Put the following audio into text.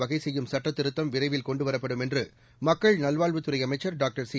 வகை செய்யும் அவசர சுட்டம் விரைவில் கொண்டுவரப்படும் என்று மக்கள் நல்வாழ்வுத்துறை அமைச்சர் டாக்டர் சி